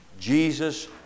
Jesus